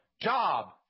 Job